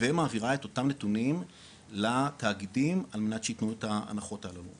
ומעבירה את אותם נתונים לתאגידים על מנת שיתנו את ההנחות הללו.